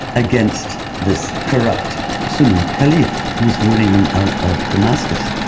against this corrupt sunni caliph who is ruling them out of damascus.